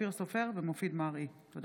אופיר סופר ומופיד מרעי בנושא: